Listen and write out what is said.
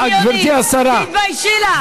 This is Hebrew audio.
גברתי השרה, תתביישי לך.